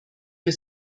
wir